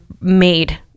made